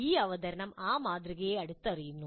ഈ അവതരണം ആ മാതൃകയെ അടുത്തറിയുന്നു